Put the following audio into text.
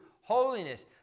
holiness